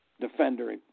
defender